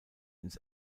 ins